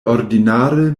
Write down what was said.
ordinare